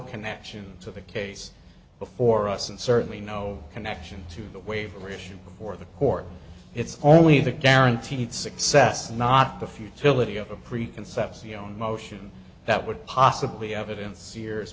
connection to the case before us and certainly no connection to the waiver issue before the court it's only the guaranteed success not the futility of a pre conception young motion that would possibly evidence years